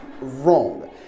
Wrong